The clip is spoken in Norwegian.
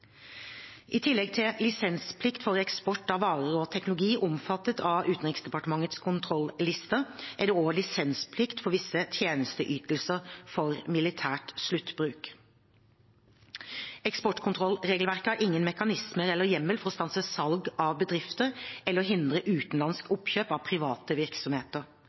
I tillegg til lisensplikt for eksport av varer og teknologi omfattet av Utenriksdepartementets kontrollister er det også lisensplikt for visse tjenesteytelser for militær sluttbruk. Eksportkontrollregelverket har ingen mekanismer eller hjemmel for å stanse salg av bedrifter eller hindre utenlandske oppkjøp av private virksomheter.